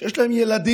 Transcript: שיש להם ילדים,